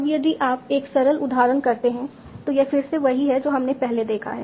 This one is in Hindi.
अब यदि आप एक सरल उदाहरण करते हैं तो यह फिर से वही है जो हमने पहले देखा है